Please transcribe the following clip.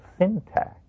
syntax